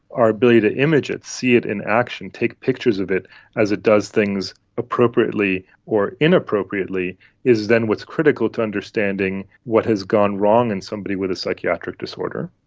our ability to image it, see it in action, take pictures of it as it does things appropriately or inappropriately is then what is critical to understanding what has gone wrong in somebody with a psychiatric disorder.